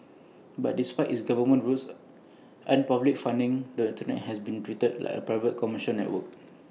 but despite its government roots and public funding the Internet has been treated like A private commercial network